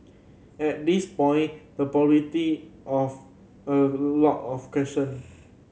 at this point the of a lot of question